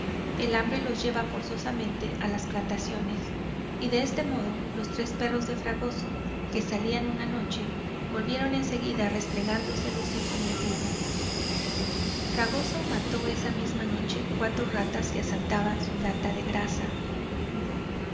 el hambre los lleva forzosamente a las plantaciones y de este modo los tres perros de fragoso que salían una noche volvieron en seguida restregándose el hocico mordido fragoso mató esa misma noche cuatro ratas que asaltaban su lata de grasa